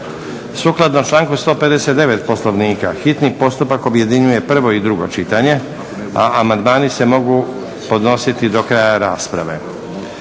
Sukladno članku 159. Poslovnika hitni postupak objedinjuje prvo i drugo čitanje, a amandmani se mogu podnositi do kraja rasprave.